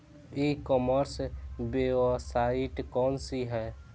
ई commerce website कौन सी है?